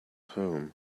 home